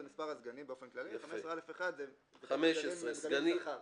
15 זה מספר הסגנים באופן כללי ו-15א1 זה סגני שכר.